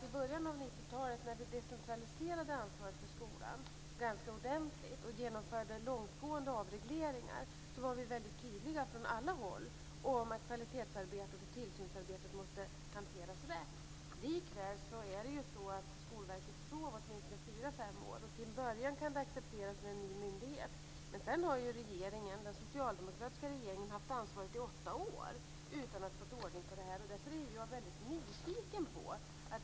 I början av 1990-talet när ansvaret för skolan decentraliserades ordentligt och långtgående avregleringar genomfördes var vi tydliga från alla håll om att kvalitetsarbetet och tillsynsarbetet måste hanteras rätt. Likväl sov Skolverket i åtminstone fyra fem år. Det kan accepteras i början av en ny myndighet, men den socialdemokratiska regeringen har haft ansvaret i åtta år utan att ha fått ordning på detta.